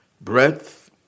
Breadth